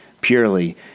purely